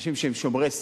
אנשים שהם שומרי-סף,